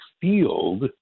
field